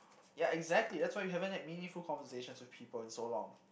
ya exactly that's why you haven't had meaningful conversations with people in so long